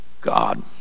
God